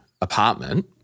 apartment